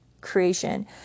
creation